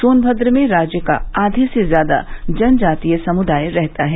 सोनभद्र में राज्य का आधे से ज्यादा जनजातीय समुदाय रहता है